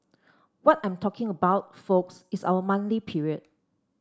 what I'm talking about folks is our monthly period